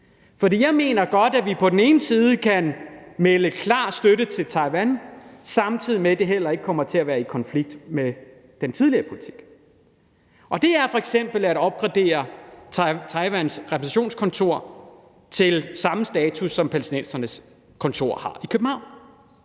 for jeg mener godt, at vi kan melde en klar støtte til Taiwan ud, uden at det kommer til at være i konflikt med den tidligere politik. Det er f.eks. ved at opgradere Taiwans repræsentationskontor til samme status, som palæstinensernes kontor har i København.